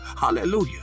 hallelujah